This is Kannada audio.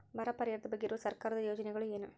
ಬರ ಪರಿಹಾರದ ಬಗ್ಗೆ ಇರುವ ಸರ್ಕಾರದ ಯೋಜನೆಗಳು ಏನು?